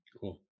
cool